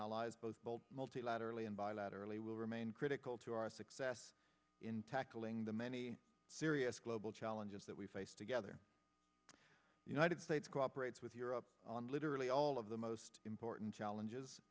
allies both multilaterally and bilaterally will remain critical to our success in tackling the many serious global challenges that we base together united states cooperate with europe on literally all of the most important challenges